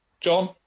John